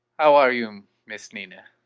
how are you, miss nina?